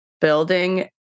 building